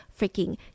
freaking